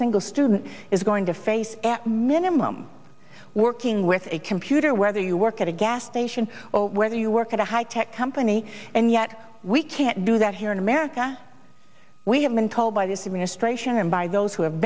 single student is going to face at minimum working with a computer whether you work at a gas station or whether you work at a high tech company and yet we can't do that here in america we have been told by this administration and by those who have